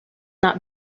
not